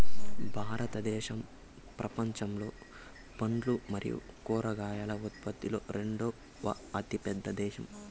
భారతదేశం ప్రపంచంలో పండ్లు మరియు కూరగాయల ఉత్పత్తిలో రెండవ అతిపెద్ద దేశం